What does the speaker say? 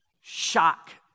shock